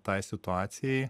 tai situacijai